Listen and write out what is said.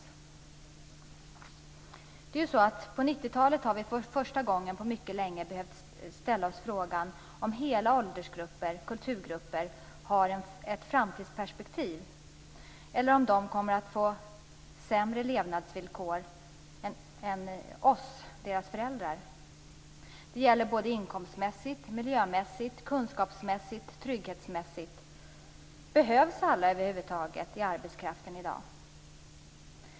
Under 90-talet har vi för första gången på mycket länge behövt ställa oss frågan om hela åldersgrupper och kulturgrupper har ett framtidsperspektiv eller om de kommer att få sämre levnadsvillkor än vi, deras föräldrar, har haft. Det gäller både inkomstmässigt, miljömässigt, kunskapsmässigt och trygghetsmässigt. Behövs över huvud taget alla i arbetskraften i dag?